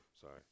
Sorry